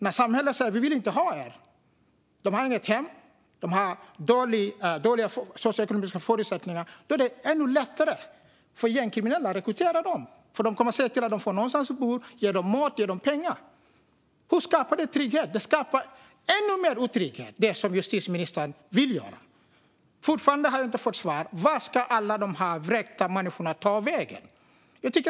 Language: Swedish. När samhället säger att man inte vill ha dem, de har inget hem, dåliga socioekonomiska förutsättningar, är det ännu lättare för gängkriminella att rekrytera dem. De ser till att de får någonstans att bo, ger dem mat och pengar. Hur skapar det trygghet? Det justitieministern vill göra skapar ännu mer otrygghet. Fortfarande har jag inte fått svar på vart alla de vräkta människorna ska ta vägen.